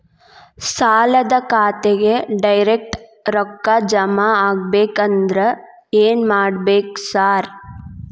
ಸಾಲದ ಖಾತೆಗೆ ಡೈರೆಕ್ಟ್ ರೊಕ್ಕಾ ಜಮಾ ಆಗ್ಬೇಕಂದ್ರ ಏನ್ ಮಾಡ್ಬೇಕ್ ಸಾರ್?